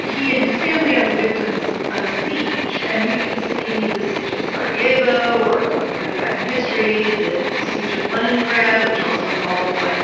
he and his family are the victims of a siege. and you can see the siege of sarajevo or going for the back in history, the siege of leningrad, which also involved like